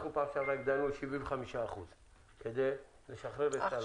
בפעם שעברה הגדלנו ל-75% כדי לשחרר את הלחץ.